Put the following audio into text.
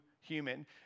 human